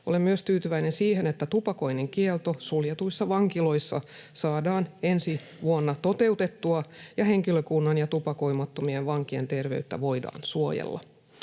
Olen myös tyytyväinen siihen, että tupakoinnin kielto suljetuissa vankiloissa saadaan ensi vuonna toteutettua ja henkilökunnan ja tupakoimattomien vankien terveyttä voidaan suojella.